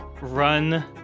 run